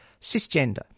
cisgender